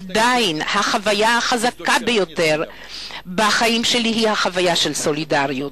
עדיין החוויה החזקה ביותר בחיים שלי היא החוויה של "סולידריות"